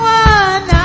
one